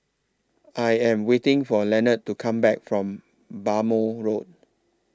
I Am waiting For Leonard to Come Back from Bhamo Road